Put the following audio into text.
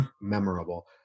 memorable